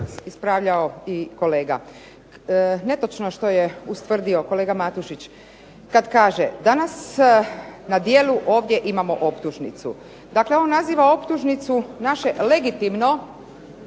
ispravljao i kolega. Netočno što je ustvrdio kolega Matušić kada kaže danas na djelu ovdje imamo optužnicu. Dakle, on naziva optužnicu naše legitimno